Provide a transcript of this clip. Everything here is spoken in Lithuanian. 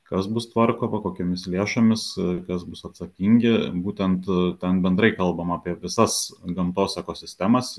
kas bus tvarkoma kokiomis lėšomis kas bus atsakingi būtent ten bendrai kalbama apie visas gamtos ekosistemas